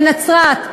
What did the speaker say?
בנצרת,